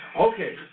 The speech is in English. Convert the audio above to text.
Okay